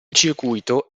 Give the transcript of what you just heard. circuito